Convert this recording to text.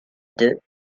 deux